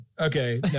Okay